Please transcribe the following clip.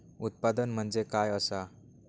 उत्पादन म्हणजे काय असा?